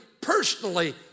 personally